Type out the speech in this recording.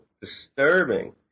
disturbing